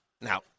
now